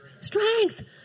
Strength